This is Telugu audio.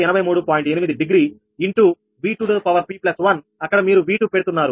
8 డిగ్రీ ఇంటూ 𝑉2𝑝1 అక్కడ మీరు V2 పెడుతున్నారు